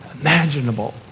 imaginable